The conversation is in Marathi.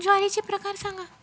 ज्वारीचे प्रकार सांगा